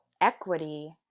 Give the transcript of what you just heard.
equity